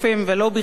ולא בכדי.